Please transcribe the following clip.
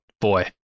Boy